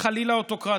חלילה אוטוקרטיה,